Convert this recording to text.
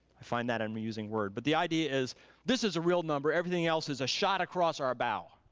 i find that an amusing word, but the idea is this is a real number, everything else is a shot across our bow.